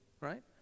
right